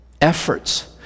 efforts